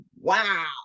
wow